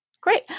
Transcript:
Great